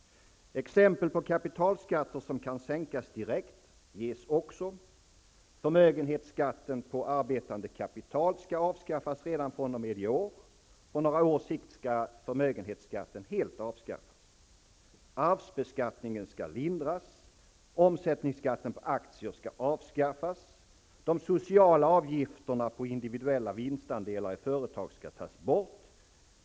Exempel på kapitalskatter som kan sänkas direkt ges också. Förmögenhetsskatten på arbetande kapital skall avskaffas redan fr.o.m. i år. På några års sikt skall förmögenhetsskatten helt avskaffas. Omsättningsskatten på aktier skall avskaffas. De sociala avgifterna på individuella vinstandelar i företag skall tas bort.